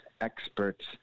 experts